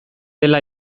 dela